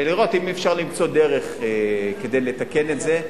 לראות אם אפשר למצוא דרך כדי לתקן את זה.